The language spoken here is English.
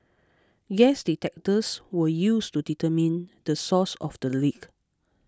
gas detectors were used to determine the source of the leak